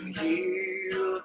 heal